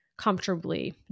comfortably